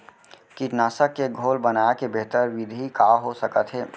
कीटनाशक के घोल बनाए के बेहतर विधि का हो सकत हे?